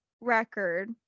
record